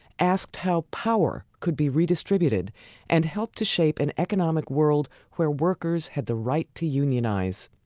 asked how power could be redistributed and helped to shape an economic world where workers had the right to unionize.